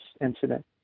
incident